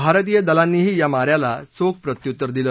भारतीय दलांनीही या माऱ्याला चोख प्रत्युत्तर दिलं